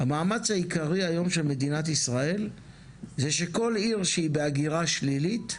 המאמץ העיקרי היום של מדינת ישראל זה שכל עיר שהיא בהגירה שלילית,